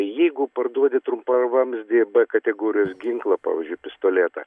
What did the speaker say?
jeigu parduodi trumpavamzdį b kategorijos ginklą pavyzdžiui pistoletą